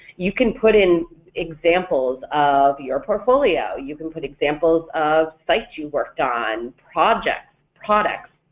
you can put in examples of your portfolio, you can put examples of sites you've worked on, projects, products,